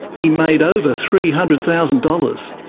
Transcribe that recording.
he made over three hundred thousand dollars.